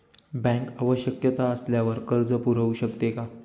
Bank आवश्यकता असल्यावर कर्ज पुरवू शकते का?